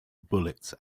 bullets